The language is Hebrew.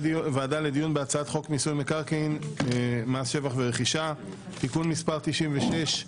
חוק מיסוי מקרקעין (שבח ורכישה) (תיקון מס' 96),